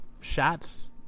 shots